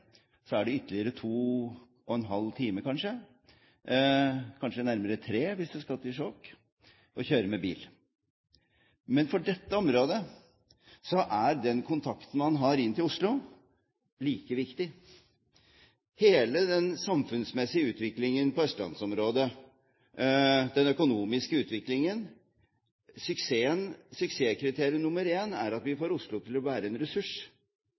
er det ytterligere to og en halv time, kanskje nærmere tre, hvis en skal til Skjåk, å kjøre med bil. Men for dette området er den kontakten man har inn til Oslo, like viktig. Når det gjelder hele den samfunnsmessige utviklingen i østlandsområdet, den økonomiske utviklingen, er suksesskriterium nr. én at vi får Oslo til å være en ressurs